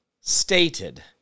stated